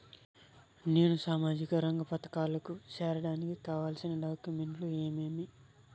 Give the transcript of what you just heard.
నేను సామాజిక రంగ పథకాలకు సేరడానికి కావాల్సిన డాక్యుమెంట్లు ఏమేమీ?